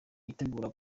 yitegure